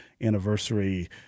anniversary